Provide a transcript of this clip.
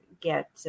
get